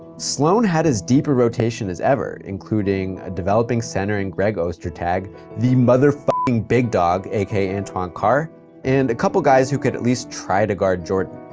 sloan had as deep a rotation as ever, including a developing center in greg ostertag the mother big dog, aka antoine carr and a couple guys who could at least try to guard jordan,